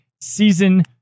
season